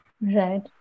right